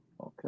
Okay